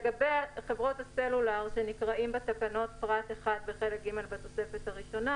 לגבי חברות הסלולר שנקראות בתקנות "פרט 1 בחלק ג' בתוספת הראשונה"